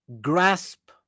grasp